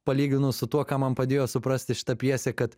palyginus su tuo ką man padėjo suprasti šita pjesė kad